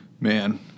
Man